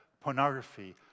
pornography